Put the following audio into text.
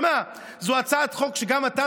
זו הצעת חוק שגם אתה,